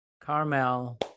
Carmel